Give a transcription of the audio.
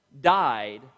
died